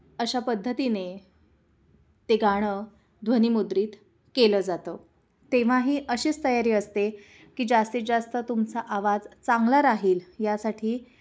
अशा पद्धतीने ते गाणं ध्वनिमुद्रित केलं जातं तेव्हाही अशीच तयारी असते की जास्तीत जास्त तुमचा आवाज चांगला राहील यासाठी